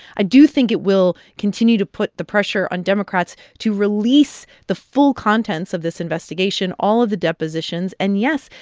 i do think it will continue to put the pressure on democrats to release the full contents of this investigation, all of the depositions and, yes,